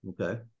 Okay